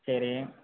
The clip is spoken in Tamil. சரி